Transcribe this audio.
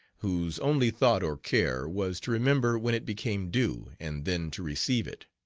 whose only thought or care was to remember when it became due, and then to receive it.